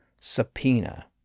subpoena